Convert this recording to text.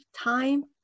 time